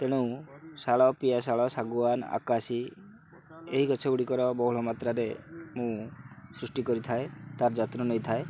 ତେଣୁ ଶାଳ ପିଆଶାଳ ଶାଗୁଆନ ଆକାଶୀ ଏହି ଗଛ ଗୁଡ଼ିକର ବହୁଳ ମାତ୍ରାରେ ମୁଁ ସୃଷ୍ଟି କରିଥାଏ ତା'ର ଯତ୍ନ ନେଇଥାଏ